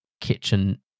kitchen